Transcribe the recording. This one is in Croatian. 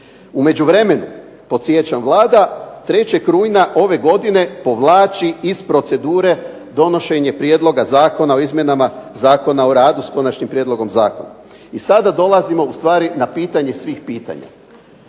U međuvremenu, podsjećam, Vlada 3. rujna ove godine povlači iz procedure donošenje Zakona o izmjenama Zakona o radu, s konačnim prijedlogom zakona. I sada dolazimo ustvari na pitanje svih pitanja,